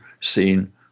seen